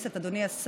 ע'דיר כמאל מריח.